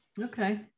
Okay